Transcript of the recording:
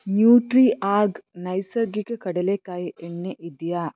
Nutriorg ನೈಸರ್ಗಿಕ ಕಡಲೇಕಾಯಿ ಎಣ್ಣೆ ಇದೆಯಾ